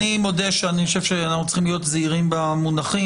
אני מודה שאני חושב שאנחנו צריכים להיות זהירים במונחים